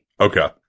okay